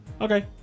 Okay